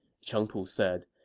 cheng pu said.